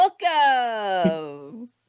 Welcome